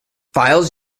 files